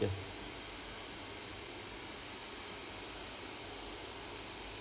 yes